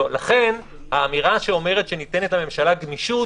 לכן האמירה שאומרת שניתנת לממשלה גמישות,